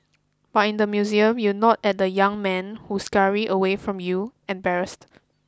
but in the museum you nod at the young men who scurry away from you embarrassed